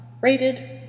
rated